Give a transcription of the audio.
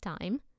Time –